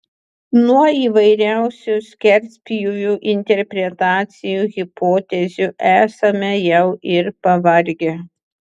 nuo įvairiausių skerspjūvių interpretacijų hipotezių esame jau ir pavargę